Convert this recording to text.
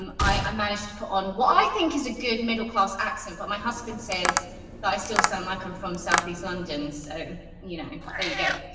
um i i managed to put on what i think is a good middle class accent, but my husband says that i still sound like i'm from southeast london. so you know, there you go.